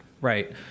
right